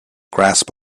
grasp